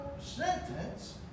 sentence